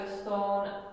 stone